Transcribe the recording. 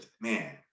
man